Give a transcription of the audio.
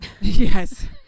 Yes